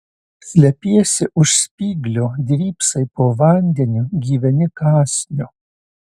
slepiesi už spyglio drybsai po vandeniu gyveni kąsniu